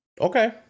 Okay